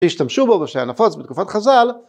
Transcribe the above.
שהשתמשו בו ושהיה נפוץ בתקופת חז"ל...